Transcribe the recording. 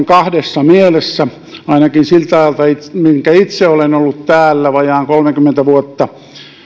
kahdessa mielessä ainakin siltä ajalta minkä itse olen ollut täällä vajaat kolmekymmentä vuotta